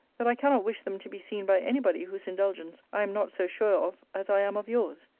that i cannot wish them to be seen by any body whose indulgence i am not so sure of, as i am of yours.